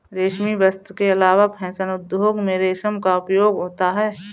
रेशमी वस्त्र के अलावा फैशन उद्योग में रेशम का उपयोग होता है